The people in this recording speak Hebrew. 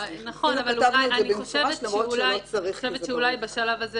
אנחנו כתבנו את זה במפורש למרות שלא צריך -- בשלב הזה